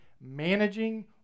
managing